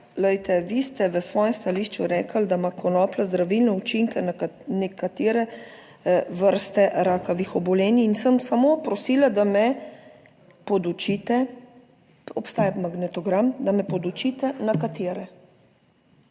ste v svojem stališču rekli, da ima konoplja zdravilne učinke na nekatere vrste rakavih obolenj in sem samo prosila, da me podučite, obstaja magnetogram, da me podučite, na katere.